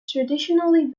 traditionally